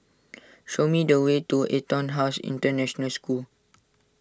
show me the way to EtonHouse International School